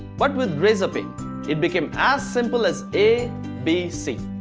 but with razorpay it became as simple as a b c.